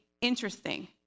interesting